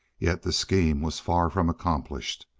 yet the scheme was far from accomplished.